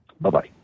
Bye-bye